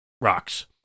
rocks